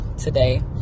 today